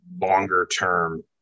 longer-term